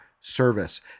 service